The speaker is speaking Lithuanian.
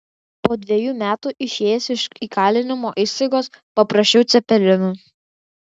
po dvejų metų išėjęs iš įkalinimo įstaigos paprašiau cepelinų